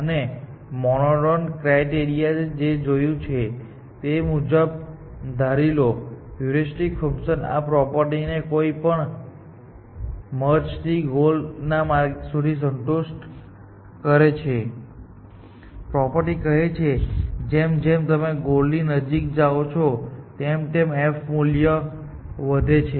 આ monotone criteria જે જોયું છે તે મુજબ ધારી લો કે હ્યુરિસ્ટિક ફંકશન આ પ્રોપર્ટી ને કોઈ પણ મર્જ થી ગોલ ના માર્ગ ને સંતુષ્ટ કરે છે પ્રોપર્ટી કહે છે કે જેમ જેમ તમે ગોલ ની નજીક જાઓ છો તેમ તેમ f મૂલ્ય વધે છે